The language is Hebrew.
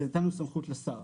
זה שנתנו סמכות לשר.